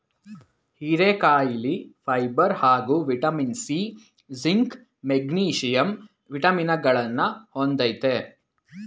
ಹೀರೆಕಾಯಿಲಿ ಫೈಬರ್ ಹಾಗೂ vitamin C, zinc, magnesium ವಿಟಮಿನಗಳನ್ನ ಹೊಂದಯ್ತೆ